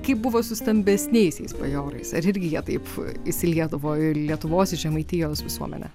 kaip buvo su stambesniais bajorais ar irgi jie taip įsiliedavo į lietuvos į žemaitijos visuomenę